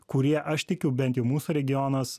kurie aš tikiu bent jau mūsų regionas